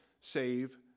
save